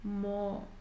more